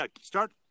start